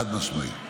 חד-משמעית.